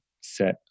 set